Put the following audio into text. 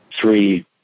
three